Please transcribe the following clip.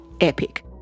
epic